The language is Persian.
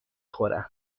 خورم